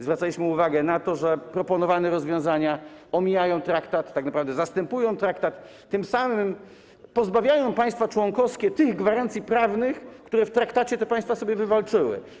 Zwracaliśmy uwagę na to, że proponowane rozwiązania omijają traktat, tak naprawdę zastępują traktat, a tym samym pozbawiają państwa członkowskie tych gwarancji prawnych, które w traktacie te państwa sobie wywalczyły.